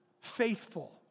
faithful